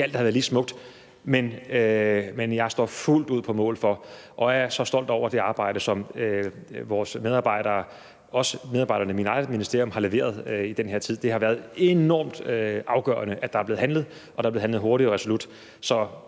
der har været lige smukt, men jeg står fuldt ud på mål for og er så stolt over det arbejde, som vores medarbejdere, også medarbejderne i mit eget ministerium, har leveret i den her tid. Det har været enormt afgørende, at der er blevet handlet, og at der er blevet handlet hurtigt og resolut.